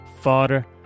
father